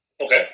Okay